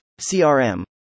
CRM